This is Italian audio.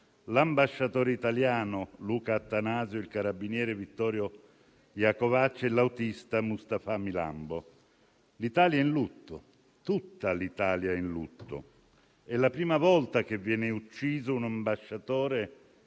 l'ambasciatore italiano Luca Attanasio, il carabiniere Vittorio Iacovacci e l'autista Mustapha Milambo. L'Italia è in lutto, tutta l'Italia è in lutto. È la prima volta che viene ucciso un ambasciatore